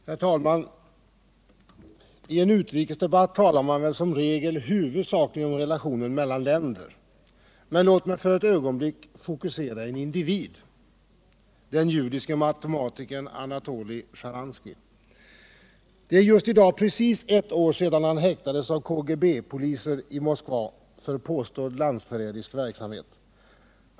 Herr talman! I en utrikesdebatt talar man som regel huvudsakligen om relationer mellan länder. Men låt mig för ett ögonblick fokusera en individ — den judiske matematikern Anatoly Sharansky. Det är just i dag precis ett år sedan Anatoly Sharansky häktades av KGB poliser i Moskva för påstådd landsförrädisk verksamhet.